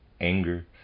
anger